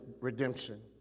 redemption